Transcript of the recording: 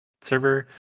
server